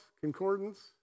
Concordance